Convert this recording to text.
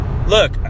Look